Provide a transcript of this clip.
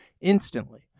instantly